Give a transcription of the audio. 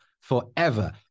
forever